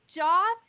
job